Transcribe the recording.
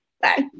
Bye